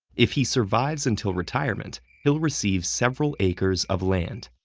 if he survives until retirement, he'll receive several acres of land.